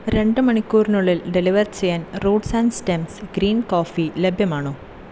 രണ്ട് മണിക്കൂറിനുള്ളിൽ ഡെലിവർ ചെയ്യാൻ roots and stems green coffee ലഭ്യമാണോ